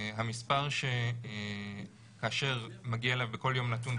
המספר כאשר מגיע אליו בכל יום נתון,